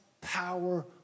power